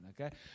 Okay